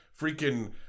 Freaking